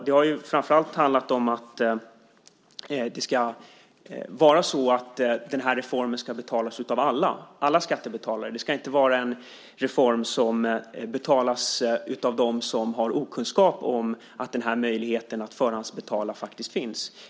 Det har framför allt handlat om att reformen ska betalas av alla - alla skattebetalare. Det ska inte vara en reform som betalas av dem som har okunskap om att möjligheten att förhandsbetala faktiskt finns.